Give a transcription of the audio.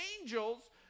angels